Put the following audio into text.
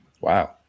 Wow